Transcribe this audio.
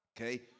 Okay